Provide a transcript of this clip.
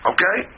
Okay